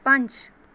ਪੰਜ